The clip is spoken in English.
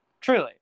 Truly